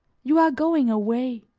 you are going away,